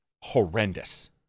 horrendous